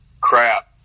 crap